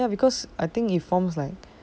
ya because I think he forms like